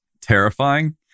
terrifying